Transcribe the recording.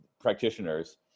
practitioners